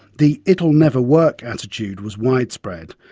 the it'll never work attitude was widespread,